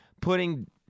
putting